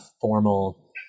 formal